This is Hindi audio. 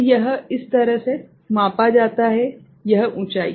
तो यह इस तरह से मापा जाता है यह ऊंचाई